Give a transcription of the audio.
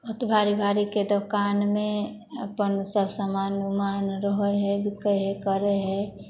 ओतऽ मारबाड़ीके दोकानमे अपन सब समान उमान रहऽ हइ बिकै हइ करै हइ